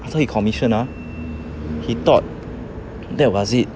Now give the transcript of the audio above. after he commissioned ah he thought that was it